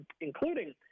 including